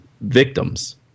victims